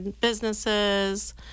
businesses